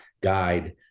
guide